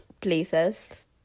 places